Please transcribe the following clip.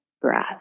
breath